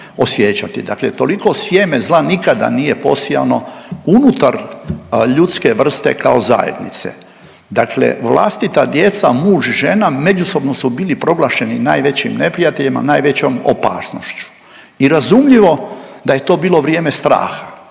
osjećati. Dakle, toliko sjeme zla nikada nije posijano unutar ljudske vrste kao zajednice. Dakle, vlastita djeca, muž i žena međusobno su bili proglašeni najvećim neprijateljima, najvećom opasnošću i razumljivo da je to bilo vrijeme straha,